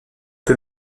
que